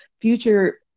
future